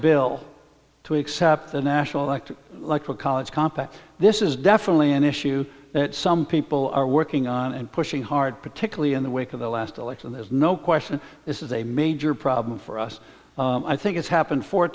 bill to accept the national act like a college compact this is definitely an issue that some people are working on and pushing hard particularly in the wake of the last election there's no question it is a major problem for us i think it's happened four